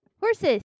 Horses